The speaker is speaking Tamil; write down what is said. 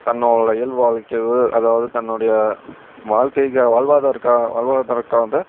தன்னோடய இயல்பு வாழ்க்கை அதாவது தன்னுடைய வாழக்கைக்கா வாழ்வாதாரக்கா வாழ்வாதாரத்க்காக